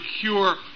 cure